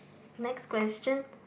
next question